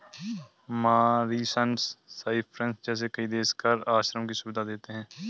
Mauritius, Cyprus जैसे कई देश कर आश्रय की सुविधा देते हैं